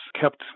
kept